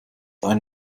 ein